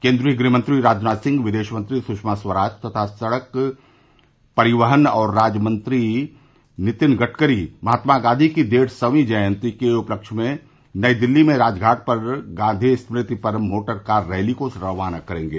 केन्द्रीय गृहमंत्री राजनाथ सिंह विदेशमंत्री सुषमा स्वराज तथा सड़क परिवहन और राजमार्ग मंत्री नितिन गडकरी महात्मा गांधी की डेढ़ सौ वीं जयंती के उपलक्ष में नई दिल्ली में राजघाट स्थित गांधी स्मृति पर मोटरकार रैली को रवाना करेंगे